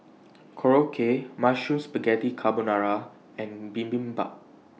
Korokke Mushroom Spaghetti Carbonara and Bibimbap